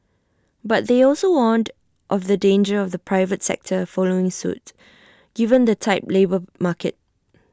but they also warned of the danger of the private sector following suit given the tight labour market